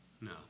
No